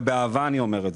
ובאהבה אני אומר את זה,